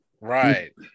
Right